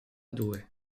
due